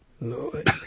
Lord